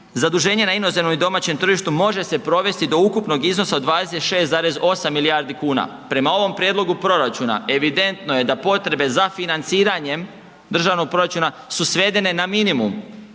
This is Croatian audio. zaduženje na inozemnom i domaćem tržištu može se provesti do ukupnog iznosa od 26,8 milijardi kuna. Prema ovom prijedlog proračuna, evidentno je da potrebe za financiranje državnog proračuna su svedene na minimum.